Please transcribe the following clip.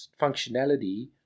functionality